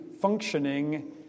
functioning